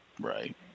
Right